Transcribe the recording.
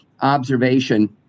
observation